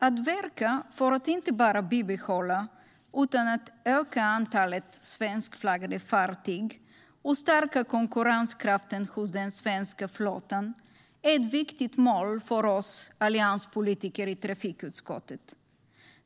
Att verka för att inte bara bibehålla utan även öka antalet svenskflaggade fartyg och stärka konkurrenskraften hos den svenska flottan är ett viktigt mål för oss allianspolitiker i trafikutskottet.